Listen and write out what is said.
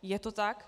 Je to tak.